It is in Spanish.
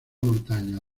montaña